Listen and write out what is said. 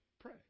Pray